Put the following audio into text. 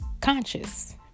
conscious